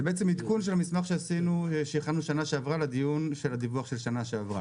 זה בעצם עדכון של המסמך שהכנו שנה שעברה לדיון של הדיווח של שנה שעברה.